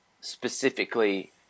specifically